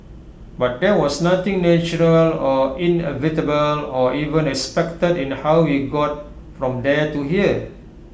but there was nothing natural or inevitable or even expected in how we got from there to here